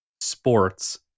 sports